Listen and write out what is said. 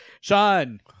Sean